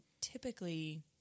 typically